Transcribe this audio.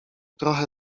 trochę